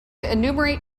enumerate